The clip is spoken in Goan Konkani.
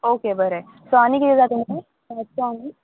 ओके बरें सो आनी किदें जाय तुमकां मोडसो आनी